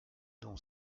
dont